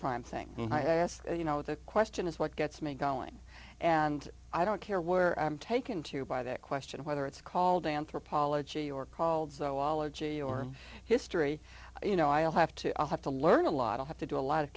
prime thing and i ask you know the question is what gets me going and i don't care where i'm taken to by that question whether it's called anthropology or called zoology or history you know i'll have to i'll have to learn a lot of have to do a lot of